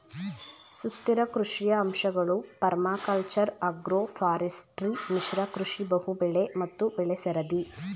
ಸುಸ್ಥಿರ ಕೃಷಿಯ ಅಂಶಗಳು ಪರ್ಮಾಕಲ್ಚರ್ ಅಗ್ರೋಫಾರೆಸ್ಟ್ರಿ ಮಿಶ್ರ ಕೃಷಿ ಬಹುಬೆಳೆ ಮತ್ತು ಬೆಳೆಸರದಿ